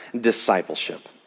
discipleship